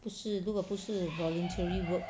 不是如果不是 voluntary work